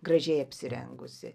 gražiai apsirengusi